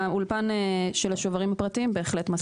האולפן של השוברים הפרטיים בהחלט מספיק.